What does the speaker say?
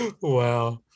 Wow